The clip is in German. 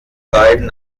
beiden